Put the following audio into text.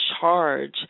charge